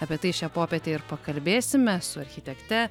apie tai šią popietę ir pakalbėsime su architekte